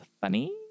funny